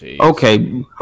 Okay